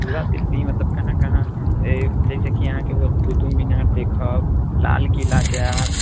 पूरा दिल्ली मतलब कहाँ कहाँ जइसेकि अहाँके होलै कुतुब मीनार देखब लाल किला जाएब